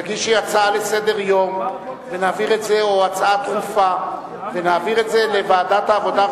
תגישי הצעה לסדר-יום או הצעה דחופה ונעביר את זה לוועדת העבודה,